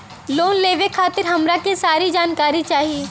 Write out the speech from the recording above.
Loan लेवे खातीर हमरा के सारी जानकारी चाही?